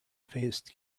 faced